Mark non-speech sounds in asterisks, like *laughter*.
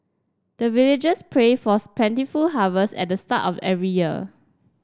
the villagers pray for *unintelligible* plentiful harvest at the start of every year